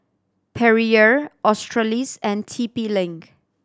Perrier Australis and T P Link